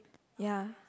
ya